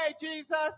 Jesus